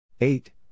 Eight